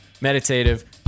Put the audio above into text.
meditative